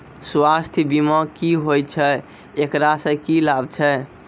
स्वास्थ्य बीमा की होय छै, एकरा से की लाभ छै?